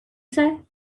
say